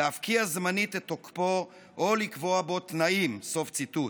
להפקיע זמנית את תוקפו או לקבוע בו תנאים" סוף ציטוט.